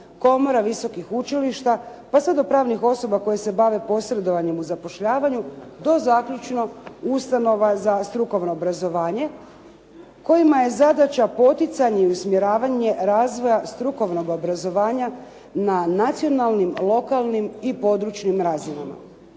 komora, visokih učilišta, pa sve do pravnih osoba koje se bave posredovanjem u zapošljavanju do zaključno ustanova za strukovno obrazovanje kojima je zadaća poticanje i usmjeravanje razvoja strukovnog obrazovanja na nacionalnim, lokalnim i područnim razinama.